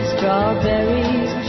Strawberries